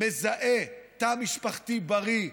מזהה תא משפחתי בריא,